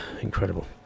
Incredible